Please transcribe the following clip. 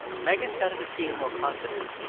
megan started to feel more confident,